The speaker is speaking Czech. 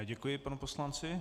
Děkuji panu poslanci.